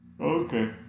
Okay